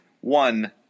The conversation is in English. one